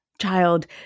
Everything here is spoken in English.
child